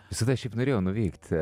visada šiaip norėjau nuvykt